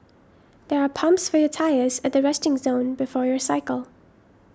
there are pumps for your tyres at the resting zone before your cycle